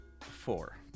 four